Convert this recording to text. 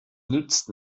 nützt